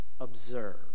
observe